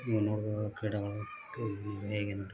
ನೀವು ನೋಡ್ಬೌದು ಕ್ರೀಡೆಗಳು